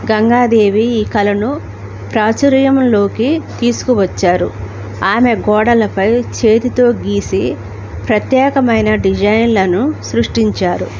గంగాదేవీ ఈ కళను ప్రాచుర్యంలోకి తీసుకువచ్చారు ఆమె గోడలపై చేతితో గీసి ప్రత్యేకమైన డిజైన్లను సృష్టించారు